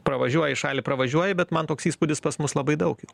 pravažiuoji šalį pravažiuoji bet man toks įspūdis pas mus labai daug jų